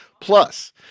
Plus